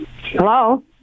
Hello